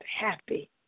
happy